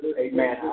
Amen